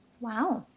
Wow